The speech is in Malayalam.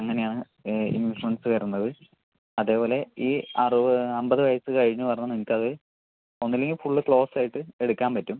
അങ്ങനെയാണ് ഇൻഷുറൻസ് വരുന്നത് അതേപോലെ ഈ അറു അൻപത് വയസ്സു കഴിഞ്ഞു പറഞ്ഞാൽ നിങ്ങൾക്കത് ഒന്നല്ലെങ്കിൽ ഫുള്ള് ക്ലോസ് ആയിട്ട് എടുക്കാൻ പറ്റും